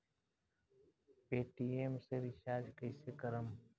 Paytm से recharge कईसे करम?